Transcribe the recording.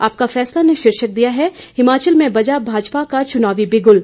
आपका फैसला ने शीर्षक दिया है हिमाचल में बजा भाजपा का चुनावी बिगुल